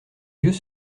yeux